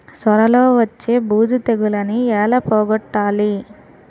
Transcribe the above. సొర లో వచ్చే బూజు తెగులని ఏల పోగొట్టాలి?